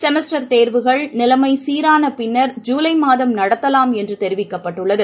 செமஸ்டர்தேர்வுகள் நிலைமை சீரான பின்னர் ஜூலை மாதம் நடத்தலாம் என்று தெரிவிக்கப்பட்டுள்ளது